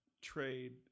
trade